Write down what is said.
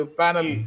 panel